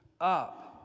up